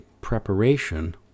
preparation